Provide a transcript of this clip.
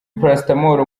paracetamol